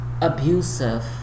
abusive